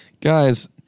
Guys